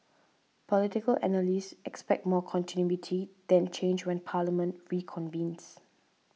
political analysts expect more continuity than change when Parliament reconvenes